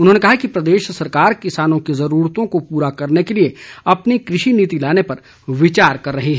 उन्होंने कहा कि प्रदेश सरकार किसानों की जरूरतों को पूरा करने के लिए अपनी कृषि नीति लाने पर विचार कर रही है